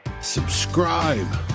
Subscribe